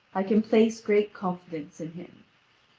i can place great confidence in him.